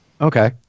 okay